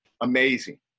amazing